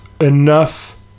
enough